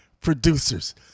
producers